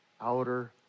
Outer